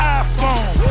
iPhone